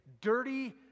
dirty